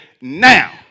now